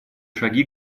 шаги